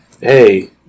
Hey